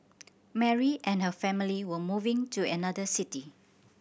Mary and her family were moving to another city